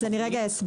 אז אני רגע אסביר,